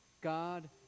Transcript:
God